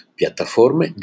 piattaforme